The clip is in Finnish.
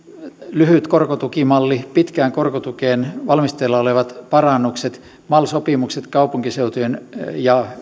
lyhyt korkotukimalli pitkään korkotukeen valmisteilla olevat parannukset mal sopimukset kaupunkiseutujen ja